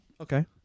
Okay